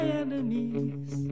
enemies